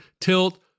tilt